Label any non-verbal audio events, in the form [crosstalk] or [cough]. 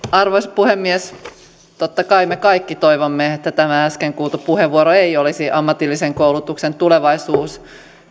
[unintelligible] arvoisa puhemies totta kai me kaikki toivomme että tämä äsken kuultu puheenvuoro ei olisi ammatillisen koulutuksen tulevaisuus